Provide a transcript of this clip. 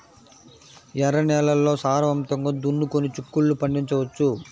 ఎర్ర నేలల్లో సారవంతంగా దున్నుకొని చిక్కుళ్ళు పండించవచ్చు